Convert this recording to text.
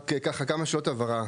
רק ככה, כמה שאלות הבהרה.